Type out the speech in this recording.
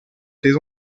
des